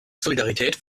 solidarität